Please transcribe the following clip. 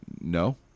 no